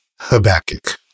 Habakkuk